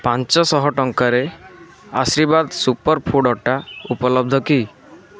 ପାଞ୍ଚଶହ ଟଙ୍କାରେ ଆଶୀର୍ବାଦ ସୁପରଫୁଡ଼୍ ଅଟା ଉପଲବ୍ଧ କି